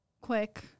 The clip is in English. quick